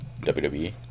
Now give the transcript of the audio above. WWE